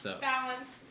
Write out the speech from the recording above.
balance